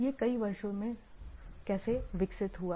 यह कई वर्षों में कैसे विकसित हुआ